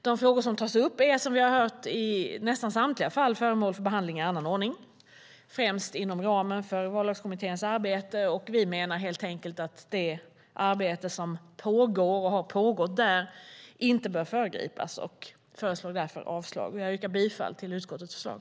De frågor som tas upp är, som vi har hört, i nästan samtliga fall föremål för behandling i annan ordning, främst inom ramen för Vallagskommitténs arbete. Vi menar att det arbete som pågår där inte bör föregripas och förslår därför avslag. Jag yrkar bifall till utskottets förslag.